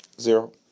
Zero